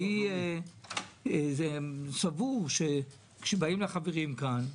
אני סבור שכאשר באים לחברים כאן,